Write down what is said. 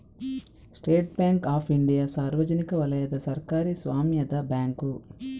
state Bank of India ಸಾರ್ವಜನಿಕ ವಲಯದ ಸರ್ಕಾರಿ ಸ್ವಾಮ್ಯದ ಬ್ಯಾಂಕು